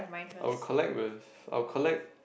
I will collect with I will collect